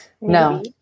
No